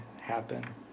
happen